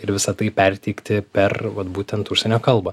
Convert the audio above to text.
ir visa tai perteikti per vat būtent užsienio kalbą